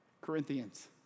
Corinthians